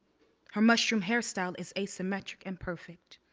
her mushroom hairstyle is asymmetric and perfect.